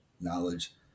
knowledge